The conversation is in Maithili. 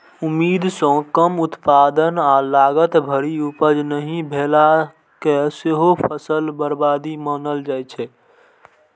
उम्मीद सं कम उत्पादन आ लागत भरि उपज नहि भेला कें सेहो फसल बर्बादी मानल जाइ छै